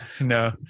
No